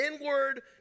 inward